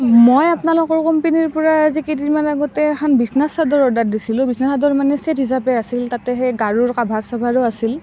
মই আপোনালোকৰ কোম্পেনিৰ পৰা আজি কেইদিনমান আগতে এখন বিছনা চাদৰ অৰ্ডাৰ দিছিলোঁ বিছনা চাদৰ মানে চেট হিচাবে আছিল তাতে সেই গাৰুৰ কভাৰ চভাৰো আছিল